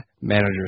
Managers